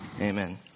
Amen